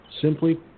simply